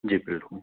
جی بالکل